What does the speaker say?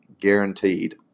Guaranteed